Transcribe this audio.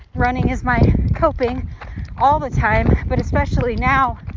running is my coping all the time but especially now.